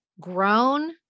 grown